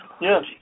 Yes